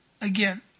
Again